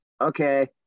okay